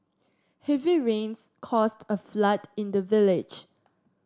heavy rains caused a flood in the village